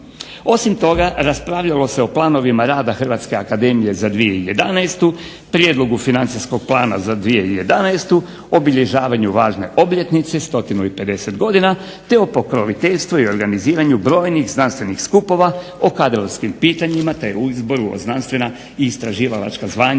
osim toga raspravljalo se o planovima rada Hrvatske akademije za 2011., Prijedlogu financijskog plana za 2011., obilježavanju važne obljetnice 150 godinu te o pokroviteljstvu i organiziranju brojnih znanstvenih skupova o kadrovskim pitanjima te o izboru u znanstvena i istraživalačka zvanja